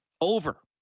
over